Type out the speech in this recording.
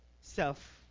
Self